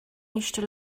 eistedd